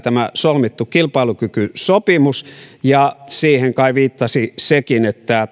solmittu kilpailukykysopimus ja siihen kai viittasi sekin että